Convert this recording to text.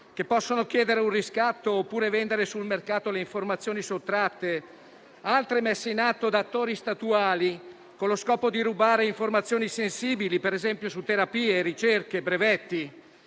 che possono chiedere un riscatto oppure vendere sul mercato le informazioni sottratte, ed altre messe in atto da attori statuali, con lo scopo di rubare informazioni sensibili, ad esempio su terapie, ricerche o brevetti.